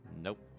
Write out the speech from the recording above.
Nope